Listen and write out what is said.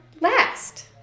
Last